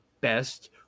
best